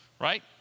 right